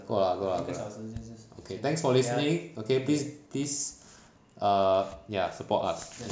够 liao 够 liao 够 liao okay thanks for listening okay please please err ya support us